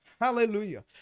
Hallelujah